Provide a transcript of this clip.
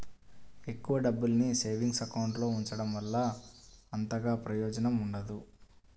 ఎక్కువ డబ్బుల్ని savings account లో ఉంచడం వల్ల అంతగా ప్రయోజనం ఉండదు